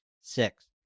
Six